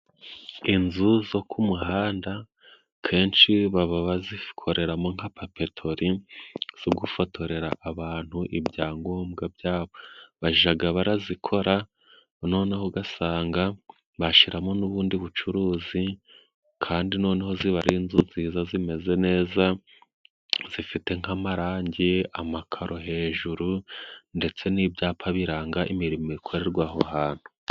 Inzu zo ku muhanda kenshi baba bazikoreramo nka papetori zo gufotorera abantu ibyangombwa byabo ,bajaga barazikora noneho ugasanga bashiramo n'ubundi bucuruzi kandi noneho ziba ari inzu nziza zimeze neza zifite nk'amarangi, amakaro hejuru ndetse n'ibyapa biranga imirimo ikorerwa aho hantu.